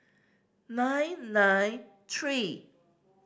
nine nine three